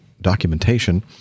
documentation